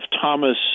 Thomas